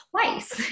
twice